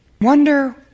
wonder